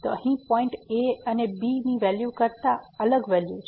તો અહીં point a અને b ની વેલ્યુ કરતા અલગ વેલ્યુ છે